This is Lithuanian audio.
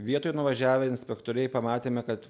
vietoj nuvažiavę inspektoriai pamatėme kad